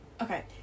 Okay